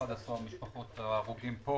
ו-11 משפחות ההרוגים פה